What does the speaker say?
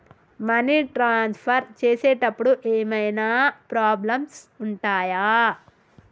Money transfer చేసేటప్పుడు ఏమైనా problems ఉంటయా?